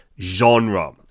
genre